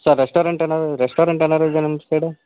sir restaurant ಏನಾರೂ restaurant ಏನಾರೂ ಇದ್ಯಾ ನಮ್ಮ ಸೈಡು